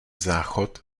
záchod